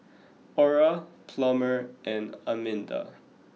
Aura Plummer and Arminda